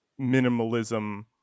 minimalism